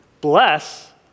Bless